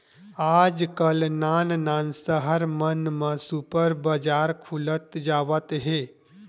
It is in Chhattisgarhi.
आजकाल नान नान सहर मन म सुपर बजार खुलत जावत हे